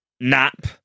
nap